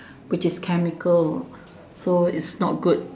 which is chemical so is not good